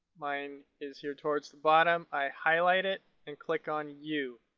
mine is here towards the bottom. i highlight it and click on u.